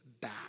back